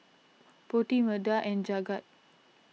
Potti Medha and Jagat